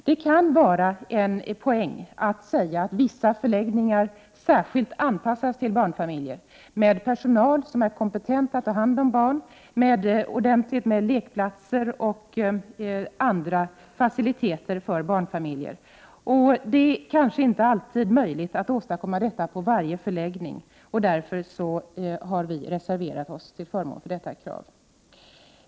Det kan vara en poäng att säga att vissa förläggningar särskilt skall anpassas till barnfamiljer med personal som är kompetent att ta hand om barn och med ordentliga lekplatser och andra faciliteter för barnfamiljer. Det är kanske inte möjligt att åstadkomma detta på varje förläggning. Därför har vi reserverat oss till förmån för detta krav.